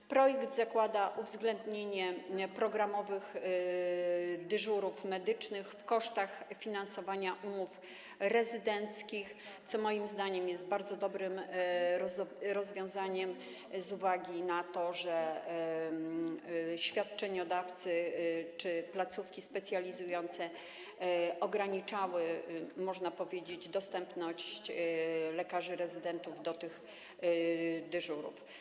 W projekcie zakłada się uwzględnienie programowych dyżurów medycznych w kosztach finansowania umów rezydenckich, co moim zdaniem jest bardzo dobrym rozwiązaniem z uwagi na to, że świadczeniodawcy czy placówki specjalizujące ograniczali, można powiedzieć, dostęp lekarzy rezydentów do tych dyżurów.